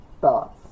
thoughts